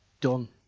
Done